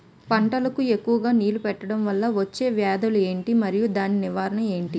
పంటలకు ఎక్కువుగా నీళ్లను పెట్టడం వలన వచ్చే వ్యాధులు ఏంటి? మరియు దాని నివారణ ఏంటి?